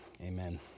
Amen